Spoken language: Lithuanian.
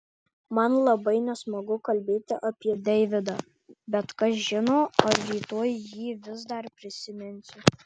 man labai nesmagu kalbėti apie deividą bet kas žino ar rytoj jį vis dar prisiminsiu